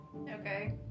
Okay